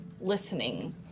listening